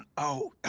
oh. ah.